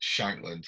Shankland